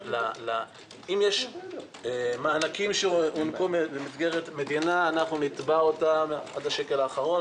אם יש מענקים שהוענקו במסגרת מדינה אנחנו נתבע אותם עד השקל האחרון,